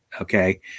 Okay